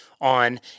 on